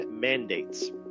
mandates